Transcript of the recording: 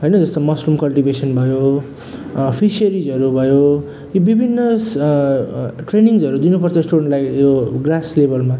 होइन जस्तो mushroom cultivation भयो फिसेरिजहरू भयो यी विभिन्न ट्रेनिङ्सहरू दिनु पर्छ इस्टुडेन्टलाई यो ग्रास लेभलमा